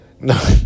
no